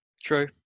True